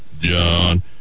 John